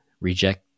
reject